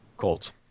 Colts